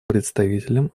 представителям